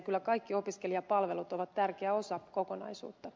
kyllä kaikki opiskelijapalvelut ovat tärkeä osa kokonaisuutta